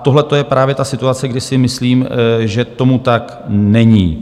Tohle to je právě ta situace, kdy si myslím, že tomu tak není.